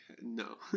No